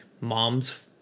moms